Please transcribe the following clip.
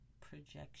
projection